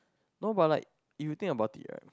no but like if you think about it right